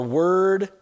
word